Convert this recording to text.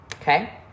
Okay